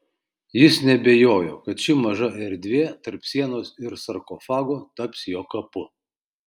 jis neabejojo kad ši maža erdvė tarp sienos ir sarkofago taps jo kapu